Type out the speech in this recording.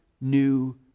new